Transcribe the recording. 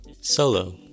solo